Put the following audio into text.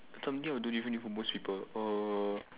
something I will do differently from most people uh